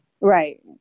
right